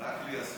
רק לי אסור.